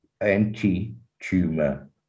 anti-tumor